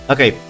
Okay